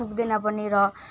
पुग्दैन पनि र